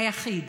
היחיד.